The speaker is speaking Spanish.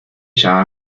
llama